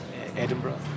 Edinburgh